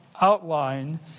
outline